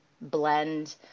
blend